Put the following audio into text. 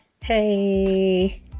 Hey